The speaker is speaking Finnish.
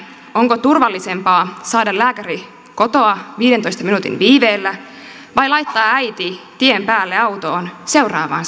onko turvallisempaa saada lääkäri kotoa viidentoista minuutin viiveellä vai laittaa äiti tien päälle autoon seuraavaan